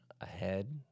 ahead